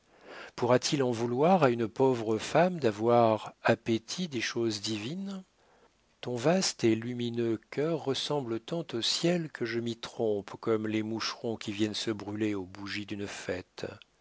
pourra-t-il en vouloir à une pauvre femme d'avoir appétit des choses divines ton vaste et lumineux cœur ressemble tant au ciel que je m'y trompe comme les moucherons qui viennent se brûler aux bougies d'une fête